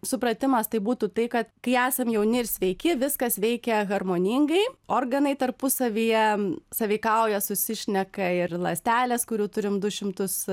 supratimas tai būtų tai kad kai esam jauni ir sveiki viskas veikia harmoningai organai tarpusavyje sąveikauja susišneka ir ląstelės kurių turim du šimtus